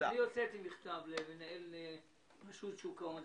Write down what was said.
הוצאתי מכתב למנהל רשות שוק ההון.